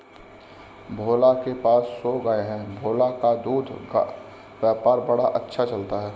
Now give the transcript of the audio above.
भोला के पास सौ गाय है भोला का दूध का व्यापार बड़ा अच्छा चलता है